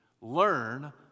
Learn